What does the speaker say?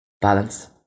balance